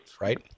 right